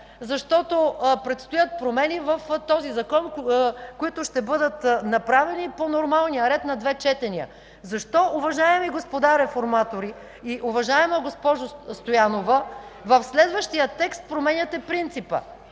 защото предстоят промени в този Закон, които ще бъдат направени по нормалния ред – на две четения. Защо, уважаеми господа реформатори и уважаема госпожо Стоянова, в следващия текст променяте принципа?